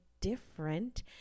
different